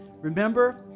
Remember